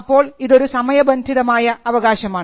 അപ്പോൾ ഇതൊരു സമയബന്ധിതമായ അവകാശമാണ്